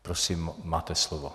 Prosím, máte slovo.